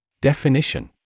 Definition